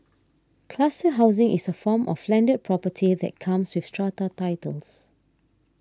cluster housing is a form of landed property that comes with strata titles